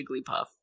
Jigglypuff